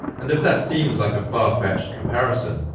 and if that seems like a far-fetched comparison,